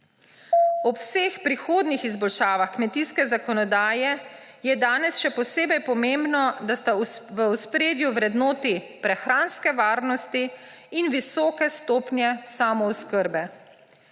Ob vseh prihodnjih izboljšavah kmetijske zakonodaje je danes še posebej pomembno, da sta v ospredju vrednoti prehranske varnosti in visoke stopnje samooskrbe.